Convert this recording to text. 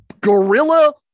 gorilla